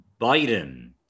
Biden